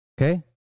Okay